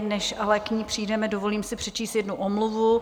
Než k ní přejdeme, dovolím si přečíst jednu omluvu.